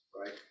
right